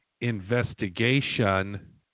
investigation